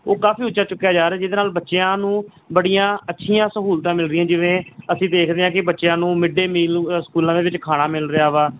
ਉਹ ਕਾਫੀ ਉੱਚਾ ਚੁੱਕਿਆ ਜਾ ਰਿਹਾ ਜਿਹਦੇ ਨਾਲ ਬੱਚਿਆਂ ਨੂੰ ਬੜੀਆਂ ਅੱਛੀਆਂ ਸਹੂਲਤਾਂ ਮਿਲ ਰਹੀਆਂ ਜਿਵੇਂ ਅਸੀਂ ਦੇਖਦੇ ਹਾਂ ਕਿ ਬੱਚਿਆਂ ਨੂੰ ਮਿੱਡੇ ਮੀਲ ਸਕੂਲਾਂ ਦੇ ਵਿੱਚ ਖਾਣਾ ਮਿਲ ਰਿਹਾ ਵਾ